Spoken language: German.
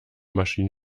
maschine